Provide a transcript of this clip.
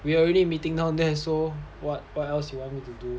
we already meeting now that so what what else you want me to do